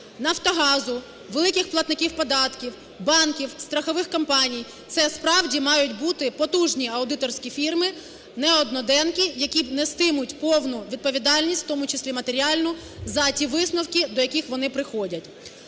"Нафтогазу", великих платників податків, банків, страхових компаній це, справді, мають бути потужні аудиторські фірми, неодноденки, які нестимуть повну відповідальність, в тому числі матеріальну, за ті висновки, до яких вони приходять.